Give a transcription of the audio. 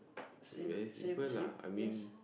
same same yes